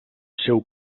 seu